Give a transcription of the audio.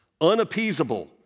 unappeasable